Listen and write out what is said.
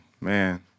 man